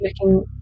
looking